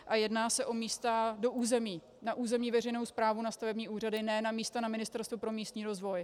A jedná se o místa do území, na územní veřejnou správu, na stavební úřady, ne na místa na Ministerstvu pro místní rozvoj.